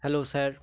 hello sir